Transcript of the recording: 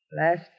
Last